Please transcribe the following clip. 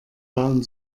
bauen